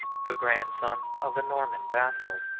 the grandson of a norman vassal.